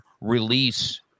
release